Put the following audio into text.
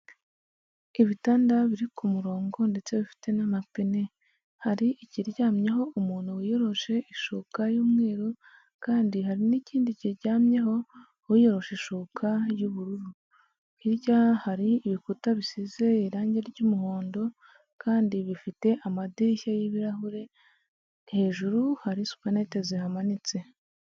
Ibitanda biri ku murongo ndetse bifite n'amapine hari ikiryamyeho umuntu wiyoroshe ishuka y'umweru, kandi hari n'ikindi kiryamyeho uwiyoronshe ishuka y'ubururu hirya hari ibikuta bisize irangi ry'umuhondo kandi bifite amadirishya y'ibirahure hejuru hari supanete zihamanitse.